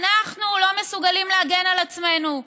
אנחנו לא מסוגלים להגן על עצמנו.